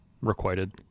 requited